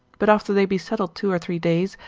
but after they be settled two or three days,